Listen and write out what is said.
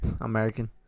American